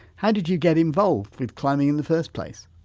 how did you get involved with climbing in the first place?